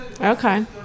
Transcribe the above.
Okay